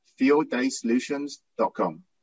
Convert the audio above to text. FieldDaySolutions.com